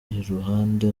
iruhande